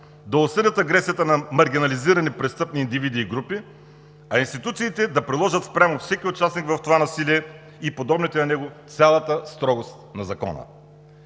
да осъдят агресията на маргинализирани престъпни индивиди и групи, а институциите да приложат спрямо всеки участник в това насилие и подобните на него цялата строгост на закона.